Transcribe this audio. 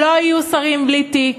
לא יהיו שרים בלי תיק,